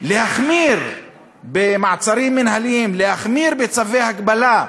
להחמיר במעצרים מינהליים, להחמיר בצווי הגבלה,